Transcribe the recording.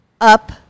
up